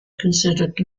considered